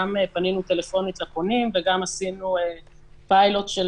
גם פנינו בטלפונים לפונים וגם עשינו פיילוט של